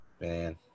man